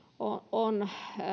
on